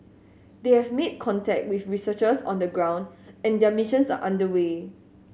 they have made contact with researchers on the ground and their missions are under way